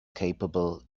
capable